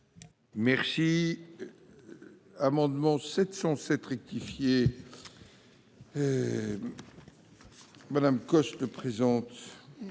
Merci, amendement 707 rectifié. Madame Coste présente.